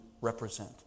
represent